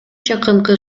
жакынкы